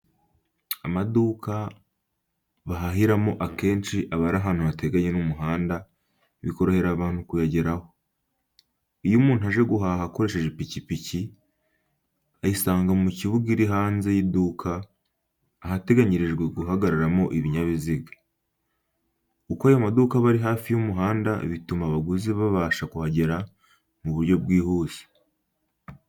Amaduka bahahiramo akenshi aba ari ahantu hateganye n'umuhanda, bikorohera abantu kuyageraho. Iyo umuntu aje guhaha akoresheje ipikipiki, ayisiga mu mbuga iri hanze y'iduka, ahateganyirijwe guhagararamo ibinyabiziga. Uko ayo maduka aba ari hafi y'umuhanda bituma abaguzi babasha kuhagera mu buryo bwihuse.